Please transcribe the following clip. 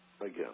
again